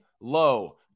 Low